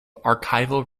archival